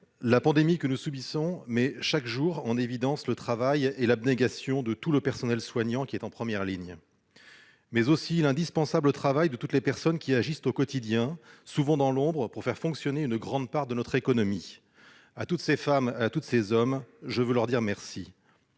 La pandémie que nous subissons met chaque jour en évidence le travail et l'abnégation de tout le personnel soignant qui est en première ligne, mais aussi l'indispensable travail de toutes les personnes qui agissent au quotidien, souvent dans l'ombre, pour faire fonctionner une grande part de notre économie. À toutes ces femmes et à tous ces hommes, je veux dire merci.